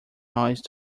noise